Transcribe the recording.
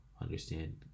understand